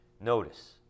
Notice